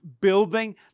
building